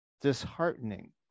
disheartening